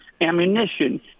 ammunition